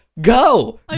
Go